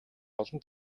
олон